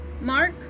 Mark